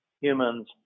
humans